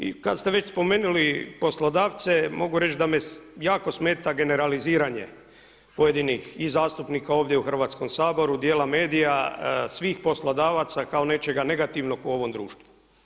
I kada ste već spomenuli poslodavce, mogu reći da me jako smeta generaliziranje pojedinih i zastupnika ovdje u Hrvatskom saboru, dijela medija, svih poslodavaca kao nečega negativnog u ovome društvu.